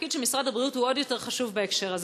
התפקיד של משרד הבריאות הוא עוד יותר חשוב בהקשר הזה.